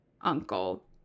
uncle